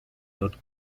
dot